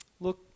look